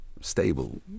stable